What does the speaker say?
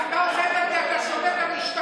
אתה עושה את זה כי אתה שונא את המשטרה,